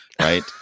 right